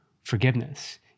forgiveness